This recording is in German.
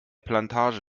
plantage